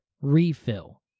refill